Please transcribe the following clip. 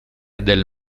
del